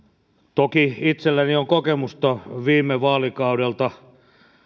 toki itselläni on kokemusta viime vaalikaudelta